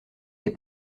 des